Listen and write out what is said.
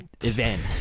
Event